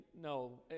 no